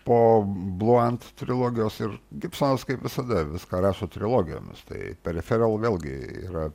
po bluant trilogijos ir gibsonas kaip visada viską rašo trilogijomis tai periferija vėlgi yra